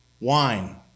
wine